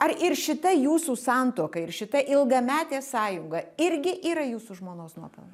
ar ir šita jūsų santuoka ir šita ilgametė sąjunga irgi yra jūsų žmonos nuopelnas